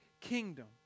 kingdom